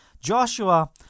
Joshua